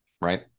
right